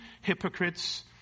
hypocrites